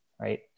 right